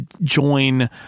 join